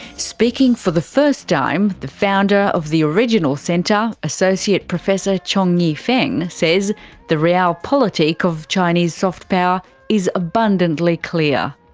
speaking for the first time, the founder of the original centre, associate professor chongyi feng says the realpolitik of chinese soft power is abundantly clear.